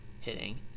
hitting